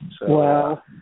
Wow